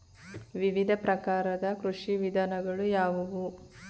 ವಿವಿಧ ಪ್ರಕಾರದ ಕೃಷಿ ವಿಧಾನಗಳು ಯಾವುವು?